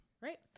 right